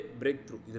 breakthrough